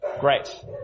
Great